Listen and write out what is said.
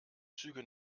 züge